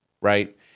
right